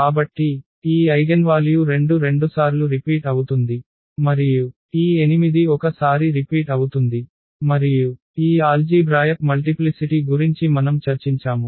కాబట్టి ఈ ఐగెన్వాల్యూ 2 రెండుసార్లు రిపీట్ అవుతుంది మరియు ఈ 8 ఒక సారి రిపీట్ అవుతుంది మరియు ఈ ఆల్జీభ్రాయక్ మల్టిప్లిసిటి గురించి మనం చర్చించాము